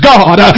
God